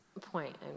point